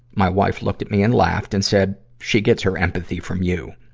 my wife looked at me and laughed and said, she gets her empathy from you.